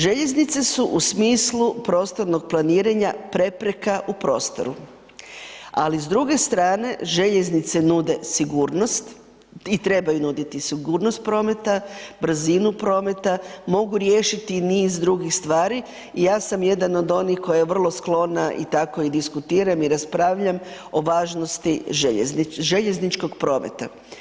Željeznice su u smislu prostornog planiranja projekta u prostoru, a li s druge strane željeznice nude sigurnost i trebaju nuditi sigurnost prometa, brzinu prometa, mogu riješiti i niz drugih stvari i ja sam jedan od onih koja je vrlo sklona i tako i diskutiram i raspravljam o važnosti željezničkog prometa.